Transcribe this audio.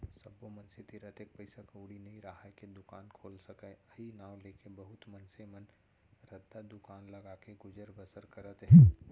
सब्बो मनसे तीर अतेक पइसा कउड़ी नइ राहय के दुकान खोल सकय अई नांव लेके बहुत मनसे मन रद्दा दुकान लगाके गुजर बसर करत हें